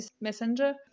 Messenger